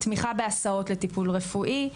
תמיכה בהסעות לטיפול רפואי,